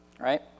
right